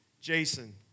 Jason